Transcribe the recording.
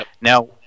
Now